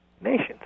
nations